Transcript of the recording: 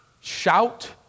Shout